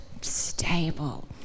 stable